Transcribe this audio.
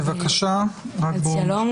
שלום,